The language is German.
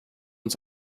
uns